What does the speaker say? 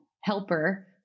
helper